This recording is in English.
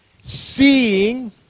seeing